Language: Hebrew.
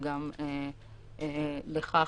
וגם לכך,